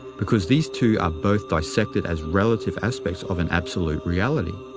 because these two are both dissected as relative aspects of an absolute reality.